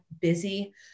busy